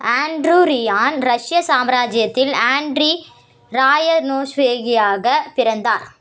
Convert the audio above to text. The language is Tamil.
ஆண்ட்ரூ ரியான் ரஷ்ய சாம்ராஜ்யத்தில் ஆண்ட்ரி ராயனோவ்ஸ்கியாக பிறந்தார்